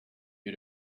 you